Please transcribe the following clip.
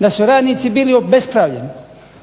da su radnici bili obespravljeni.